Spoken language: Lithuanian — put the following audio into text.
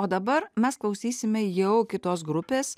o dabar mes klausysime jau kitos grupės